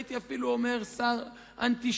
והייתי אפילו אומר שר אנטישמי,